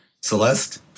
Celeste